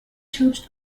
troops